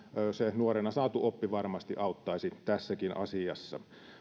nuorena saatu oppi varmasti auttaisi tässäkin asiassa